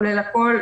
כולל הכול.